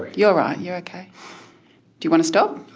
you're ah you're okay. do you want to stop?